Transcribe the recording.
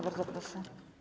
Bardzo proszę.